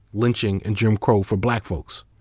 lynching and jim crow for black folks.